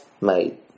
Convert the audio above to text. made